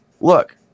look